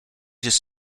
his